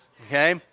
Okay